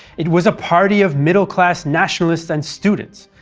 it was a party of middle-class nationalists and students,